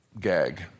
Gag